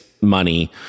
money